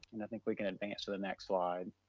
and i think we can advance to the next slide.